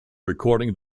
recording